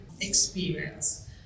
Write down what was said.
experience